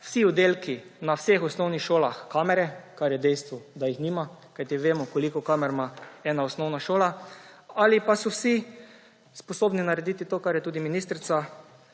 vsi oddelki na vseh osnovnih šolah kamere – kar je dejstvo, da jih nimajo, kajti vemo, koliko kamer ima ena osnovna šola – ali pa so vsi sposobni narediti to, kar je tudi ministrica